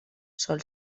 sol